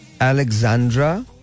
Alexandra